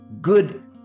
good